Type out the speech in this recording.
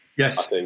Yes